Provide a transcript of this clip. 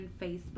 Facebook